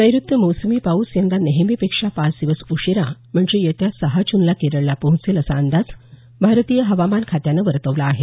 नैऋत्य मोसमी पाऊस यंदा नेहमीपेक्षा पाच दिवस उशीरा म्हणजे येत्या सहा जूनला केरळला पोहोचेल असा अंदाज भारतीय हवामान खात्यानं वर्तवला आहे